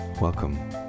Welcome